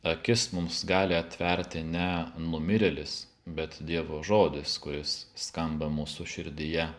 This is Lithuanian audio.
akis mums gali atverti ne numirėlis bet dievo žodis kuris skamba mūsų širdyje